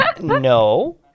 no